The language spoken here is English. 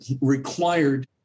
required